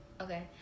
Okay